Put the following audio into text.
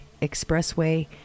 Expressway